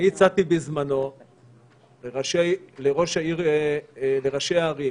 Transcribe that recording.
הצעתי בזמנו לראשי הערים,